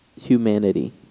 humanity